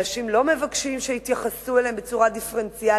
אנשים לא מבקשים שיתייחסו אליהם בצורה דיפרנציאלית.